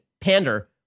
pander